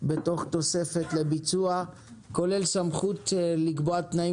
בתוך תוספת לביצוע כולל סמכות לקבוע תנאים